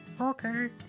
Okay